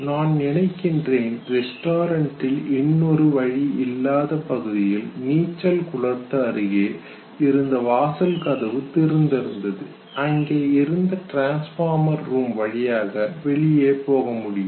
நான் நினைக்கின்றேன் ரெஸ்டாரண்டில் இன்னொரு வழி இல்லாத பகுதியில் நீச்சல் குளத்திற்கு அருகே இருந்த வாசல் கதவு திறந்து இருந்தது அங்கே இருந்து டிரான்ஸ்பார்மர் ரூம் வழியாக வெளிய போக முடியும்